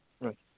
Right